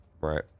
right